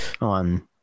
on